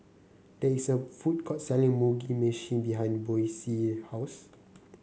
there is a food court selling Mugi Meshi behind Boysie's house